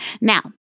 Now